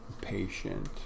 patient